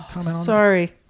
Sorry